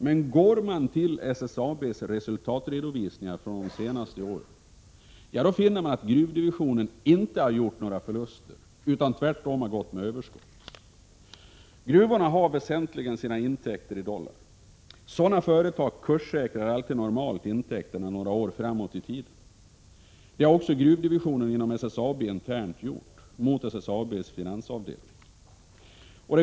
Men går man till SSAB:s resultatredovisningar från de senaste åren, skall man finna att gruvdivisionen inte gjort några förluster utan tvärtom fått överskott. Gruvorna har väsentligen sina intäkter i dollar. Sådana företag kurssäkrar normalt sina intäkter några år framåt i tiden. Det har också gruvdivisionen inom SSAB internt gjort mot SSAB:s finansavdelning.